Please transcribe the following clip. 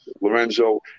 Lorenzo